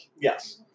Yes